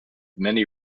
many